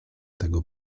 tego